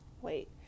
Wait